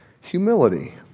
Humility